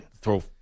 throw